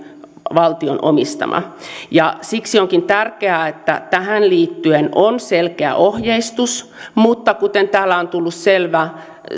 valtion omistama siksi onkin tärkeää että tähän liittyen on selkeä ohjeistus mutta kuten täällä on tullut